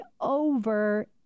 over